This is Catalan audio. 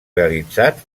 realitzats